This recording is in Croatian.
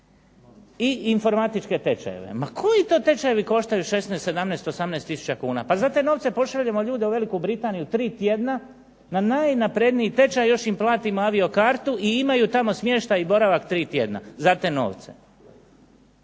i informatičke tečajeve. Ma koji to tečajevi koštaju 16, 17, 18 tisuća kuna? Pa za te novce pošaljemo ljude u Veliku Britaniju 3 tjedna na najnapredniji tečaj, još im platimo avio kartu, i imaju tamo smještaj i boravak 3 tjedna, za te novce.